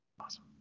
Awesome